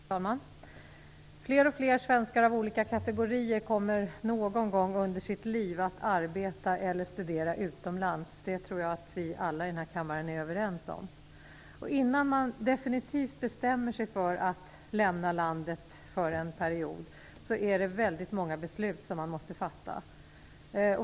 Fru talman! Fler och fler svenskar av olika kategorier kommer någon gång under sitt liv att arbeta eller studera utomlands. Det tror jag att vi alla i denna kammare är överens om. Innan man definitivt bestämmer sig för att lämna landet för en period är det väldigt många beslut som man måste fatta.